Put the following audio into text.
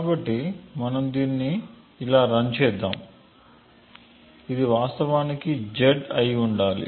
కాబట్టి మనం దీన్ని ఇలా రన్ చేద్దాము కాబట్టి ఇది వాస్తవానికి z అయి ఉండాలి